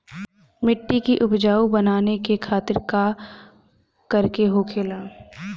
मिट्टी की उपजाऊ बनाने के खातिर का करके होखेला?